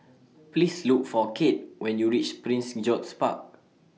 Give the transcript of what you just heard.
Please Look For Cade when YOU REACH Prince George's Park